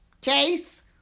case